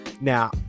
Now